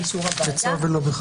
באישור הוועדה.